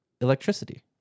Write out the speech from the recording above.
Electricity